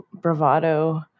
bravado